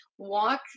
Walk